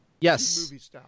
Yes